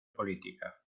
política